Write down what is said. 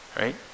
right